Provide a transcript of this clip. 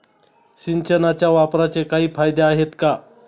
सिंचनाच्या वापराचे काही फायदे आहेत का?